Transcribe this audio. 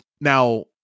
now